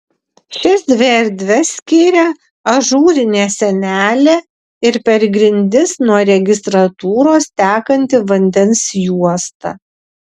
šias dvi erdves skiria ažūrinė sienelė ir per grindis nuo registratūros tekanti vandens juosta